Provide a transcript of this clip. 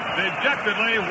dejectedly